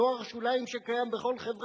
נוער שוליים שקיים בכל חברה.